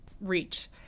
reach